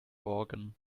organ